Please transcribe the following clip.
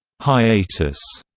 hiatus,